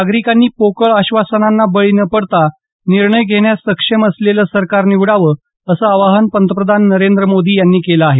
नागरिकांनी पोकळ आश्वासनांना बळी न पडता निर्णय घेण्यास सक्षम असलेलं सरकार निवडावं असं आवाहन पंतप्रधान नरेंद्र मोदी यांनी केलं आहे